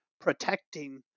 protecting